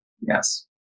Yes